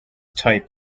type